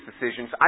decisions